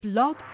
Blog